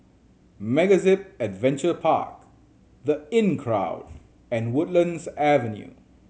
MegaZip Adventure Park The Inncrowd and Woodlands Avenue